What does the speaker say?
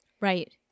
Right